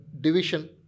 division